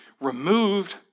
removed